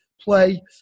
play